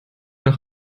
nach